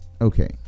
okay